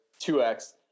2X